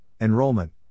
enrollment